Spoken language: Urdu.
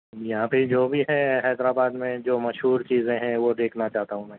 یہاں پہ جو بھی ہے حیدرآباد میں جو مشہور چیزیں ہیں وہ دیکھنا چاہتا ہوں میں